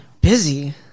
busy